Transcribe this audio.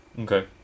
okay